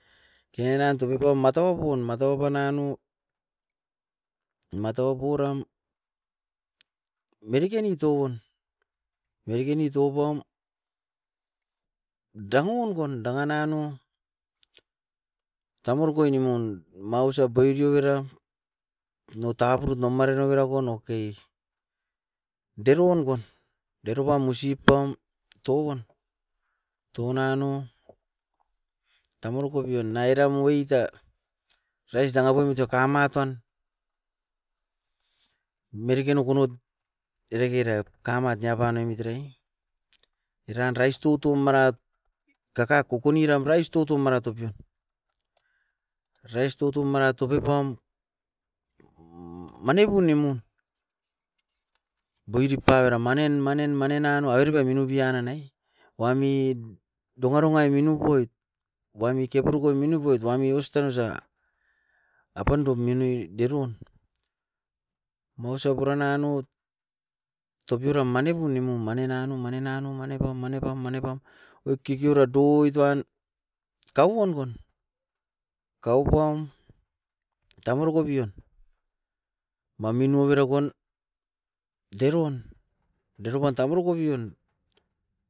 Kenan nan topipaum mataupun, matau panan nou, matau puram mereken nitoun, mereken ni toupam dangon gon danga nanao tamuruku ainemun mausap oirio beram motaburut no marena birakon. Oke, deroun guan deropam, musipam touan, tounano tamuruku bion naira muita. Rice nanga poimit a kamatoun mereken ukunut era kera kamat niapanemit erai, eran rice tutun manat kakat kukuni ram rice tutu mara topion. Rice tutu mara topipam, manibu nimun, boirip pagara manen, manen, manen manenano abiripai mirubian nanai wamit doka rongai minupoit wami kepurokoi minupoit wami ostan osa. Apandum minui dirun maus a puran anout topiram manipun nimun, mani nanao, mani nanao, manipam, manipam, manipam oit kikiora douit uan kauon gon. Kaupom tamiroko pion maminu avera kon deroun, deropan tamuroko pion